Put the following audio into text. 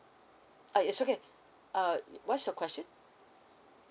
uh it's okay uh what's your question